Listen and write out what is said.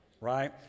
right